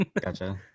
Gotcha